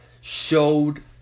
showed